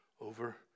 over